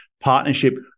partnership